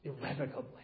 irrevocably